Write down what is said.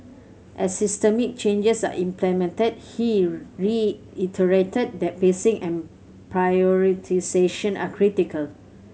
as systemic changes are implemented he reiterated that pacing and prioritisation are critical